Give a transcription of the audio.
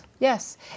Yes